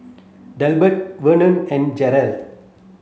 Delbert Vernon and Jaylyn